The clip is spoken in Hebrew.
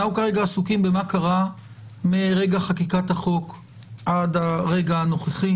אנחנו כרגע עסוקים במה קרה מרגע חקיקת החוק עד הרגע הנוכחי.